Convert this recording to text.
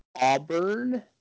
Auburn